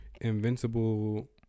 Invincible